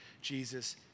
Jesus